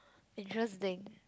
interesting